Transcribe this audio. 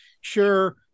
Sure